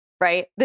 Right